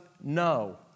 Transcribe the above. no